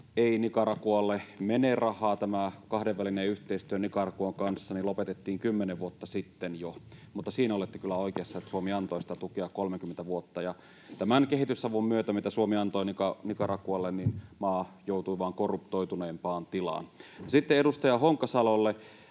ei Nicaragualle mene rahaa. Tämä kahdenvälinen yhteistyö Nicaraguan kanssa lopetettiin jo kymmenen vuotta sitten, mutta siinä olette kyllä oikeassa, että Suomi antoi sitä tukea 30 vuotta, ja tämän kehitysavun myötä, mitä Suomi antoi Nicaragualle, maa joutui vaan korruptoituneempaan tilaan. Sitten edustaja Honkasalolle: